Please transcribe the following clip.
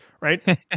right